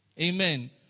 Amen